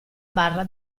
barra